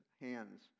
hands